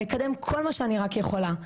ואקדם כל מה שאני רק יכולה.